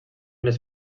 les